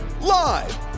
Live